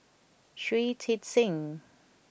Shui Tit Sing